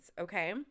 Okay